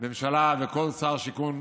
ממשלה וכל שר שיכון,